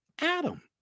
Adam